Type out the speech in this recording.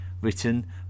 written